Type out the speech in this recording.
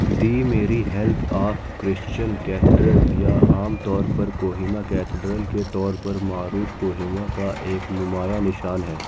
the Mary help of Christian cathedral یا عام طور پر کوہیما کیتھیڈرل کے طور پر معروف کوہیما کا ایک نمایاں نشان ہے